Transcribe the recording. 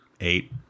eight